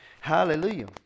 Hallelujah